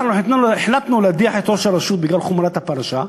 אנחנו החלטנו להדיח את ראש הרשות בגלל חומרת הפרשה,